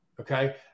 Okay